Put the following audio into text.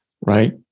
right